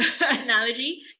analogy